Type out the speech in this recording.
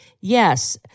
yes